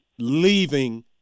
leaving